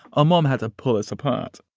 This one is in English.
our mom had to pull us apart.